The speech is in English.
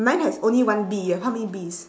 mine has only one bee you have how many bees